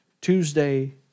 Tuesday